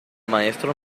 maestro